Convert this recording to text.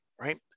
right